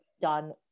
done